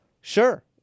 Sure